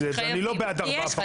אני לא בעד ארבעה.